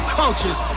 cultures